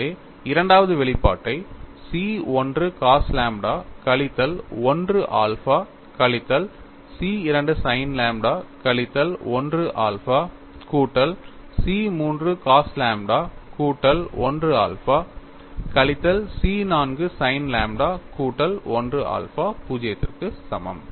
எனவே இரண்டாவது வெளிப்பாட்டை C 1 cos லாம்ப்டா கழித்தல் 1 ஆல்பா கழித்தல் C 2 sin லாம்ப்டா கழித்தல் 1 ஆல்பா கூட்டல் C 3 cos லாம்ப்டா கூட்டல் 1 ஆல்பா கழித்தல் C 4 sin லாம்ப்டா கூட்டல் 1 ஆல்பா 0 க்கு சமம்